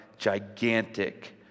gigantic